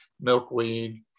milkweed